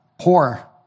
poor